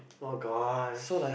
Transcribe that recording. oh gosh